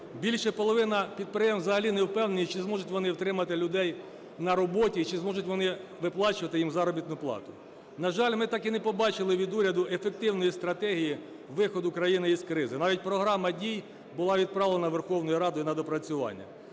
Більше половина підприємств взагалі не упевнені чи зможуть вони утримати людей на роботі, чи зможуть вони виплачувати їм заробітну плату. На жаль, ми так і не побачили від уряду ефективної стратегії виходу країни із кризи, навіть програма дій була відправлена Верховною Радою на доопрацювання.